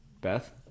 Beth